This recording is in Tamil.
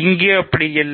அது இல்லை